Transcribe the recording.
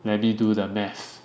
let me do the math